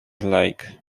lake